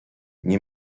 nie